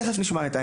תכף נשמע את ע'.